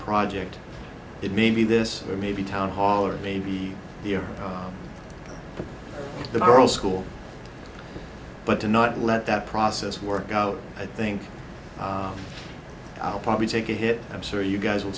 project it may be this or maybe town hall or maybe the girls school but to not let that process work out i think i'll probably take a hit i'm sure you guys will